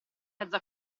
mezzo